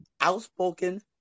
outspoken